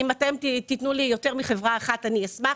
אם תתנו לי יותר מחברה אחת, אני אשמח.